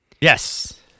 Yes